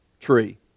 tree